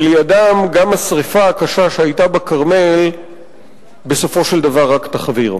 שלידם גם השרפה הקשה שהיתה בכרמל בסופו של דבר רק תחוויר.